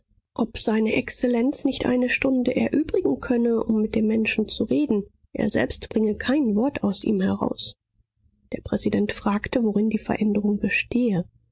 ob seine exzellenz nicht eine stunde erübrigen könne um mit dem menschen zu reden er selbst bringe kein wort aus ihm heraus der präsident fragte worin die veränderung bestehe